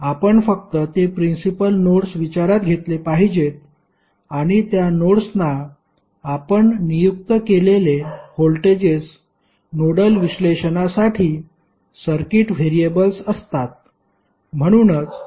आपण फक्त ते प्रिन्सिपल नोड्स विचारात घेतले पाहिजेत आणि त्या नोड्सना आपण नियुक्त केलेले व्होल्टेजेस नोडल विश्लेषणासाठी सर्किट व्हेरिएबल्स असतात